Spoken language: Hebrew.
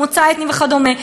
מוצא אתני וכדומה,